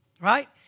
Right